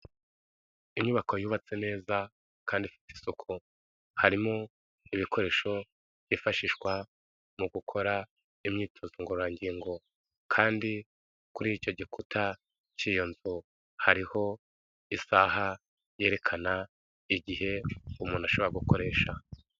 Inyubako yubatse neza kandi ifite isoko, harimo ibikoresho byifashishwa mu gukora imyitozo ngororangingo, kandi kuri icyo gikuta cy'iyo nzu, hariho isaha yerekana igihe umuntu ashobora gukoresha.